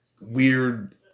weird